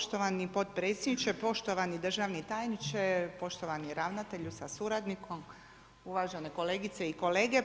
Poštovani potpredsjedniče, poštovani državni tajniče, poštovani ravnatelju sa suradnikom, uvažene kolegice i kolege.